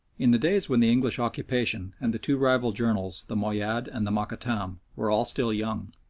in the days when the english occupation and the two rival journals, the moayyad and the mokattam, were all still young,